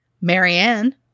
Marianne